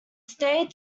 stayed